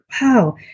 wow